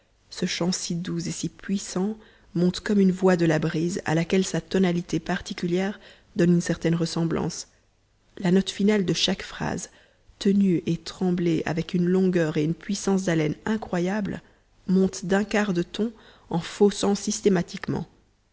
ce chant si doux et si puissant monte comme une voix de la brise à laquelle sa tonalité particulière donne une certaine ressemblance la note finale de chaque phrase tenue et tremblée avec une longueur et une puissance d'haleine incroyable monte d'un quart de ton en faussant systématiquement